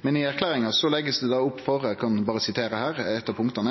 Men i plattforma blir det lagt opp til følgjande, og eg siterer eitt av punkta: